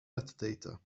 metadata